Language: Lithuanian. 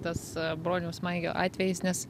tas broniaus maigio atvejis nes